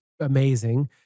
amazing